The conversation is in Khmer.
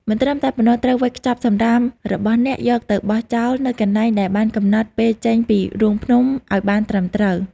មិនត្រឹមតែប៉ុណ្ណោះ ត្រូវវេចខ្ចប់សំរាមរបស់អ្នកយកទៅបោះចោលនៅកន្លែងដែលបានកំណត់ពេលចេញពីរូងភ្នំអោយបានត្រឹមត្រូវ។